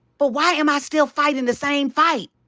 but why am i still fighting the same fight?